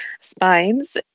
spines